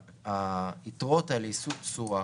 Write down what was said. היתרות האלה יישאו תשואה